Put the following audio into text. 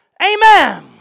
Amen